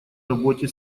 работе